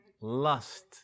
Lust